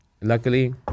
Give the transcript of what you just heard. luckily